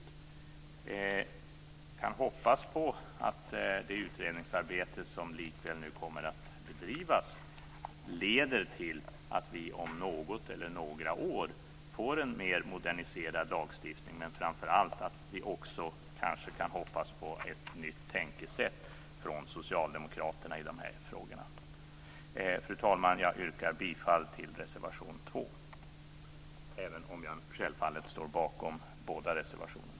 Vi kan hoppas på att det utredningsarbete som nu kommer att bedrivas leder till att vi om något eller några år får en mer moderniserad lagstiftning men framför allt att vi också kan hoppas på ett nytt tänkesätt från socialdemokraterna i dessa frågor. Fru talman! Jag yrkar bifall till reservation 2 men jag står självfallet bakom båda reservationerna.